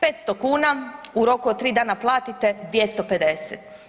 500 kuna u roku od 3 dana platite 250.